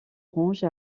orange